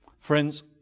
Friends